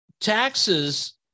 taxes